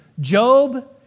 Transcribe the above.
Job